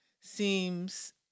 seems